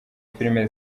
filime